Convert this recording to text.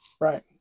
right